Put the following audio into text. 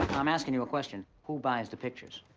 i'm asking you a question. who buys the pictures?